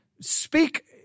speak